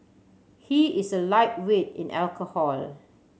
he is a lightweight in alcohol